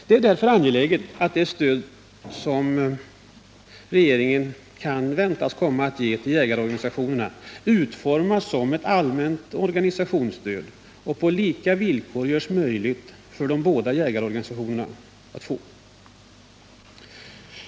Det är därför angeläget att det stöd som regeringen kan väntas ge jägarorganisationerna utformas som ett allmänt organisationsstöd och på lika villkor görs möjligt för de båda jägarorganisationerna att få.